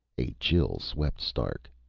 a chill swept stark.